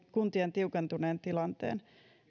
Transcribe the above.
kuntien tiukentuneen tilanteen